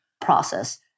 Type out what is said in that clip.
process